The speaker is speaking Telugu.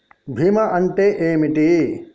బీమా అంటే ఏమిటి?